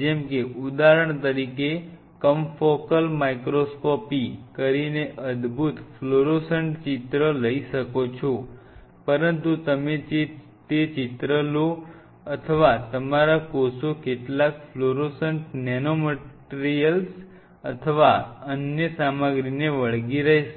જેમ કે ઉદાહરણ તરીકે તમે કંફોકલ માઇક્રોસ્કોપી કરીને અદ્ભુત ફ્લોરોસન્ટ ચિત્ર લઈ શકો છો પરંતુ તમે તે ચિત્ર લો અથવા તમારા કોષો કેટલાક ફ્લોરોસન્ટ નેનોમેટિરિયલ્સ અથવા અન્ય સામગ્રીને વળગી રહેશે